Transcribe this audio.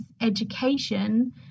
education